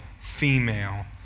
female